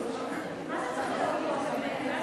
אדוני, מה זה צריך להיות פה?